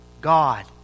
God